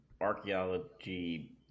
archaeology